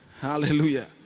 Hallelujah